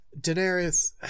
Daenerys